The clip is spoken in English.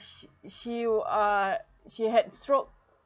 she uh she had stroke